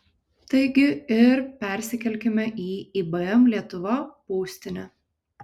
taigi ir persikelkime į ibm lietuva būstinę